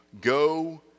Go